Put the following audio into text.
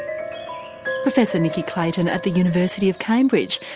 professor nicky clayton at the university of cambridge,